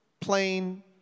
plain